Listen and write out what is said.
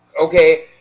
Okay